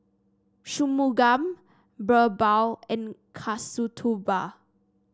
Shunmugam BirbaL and Kasturba